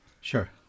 sure